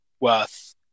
worth